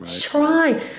try